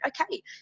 Okay